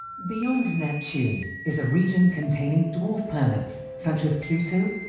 beyond neptune is a region containing dwarf planets such as pluto,